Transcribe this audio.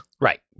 right